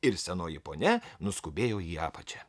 ir senoji ponia nuskubėjo į apačią